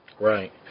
Right